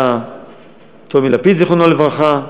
היה טומי לפיד, זיכרונו לברכה,